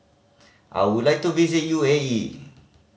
I would like to visit U A E